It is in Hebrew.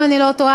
אם אני לא טועה,